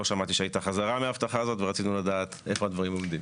לא שמעתי שהייתה חזרה מההבטחה הזאת ורצינו לדעת איפה הדברים עומדים.